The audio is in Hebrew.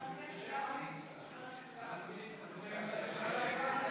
צריך לסיים ב-19:00?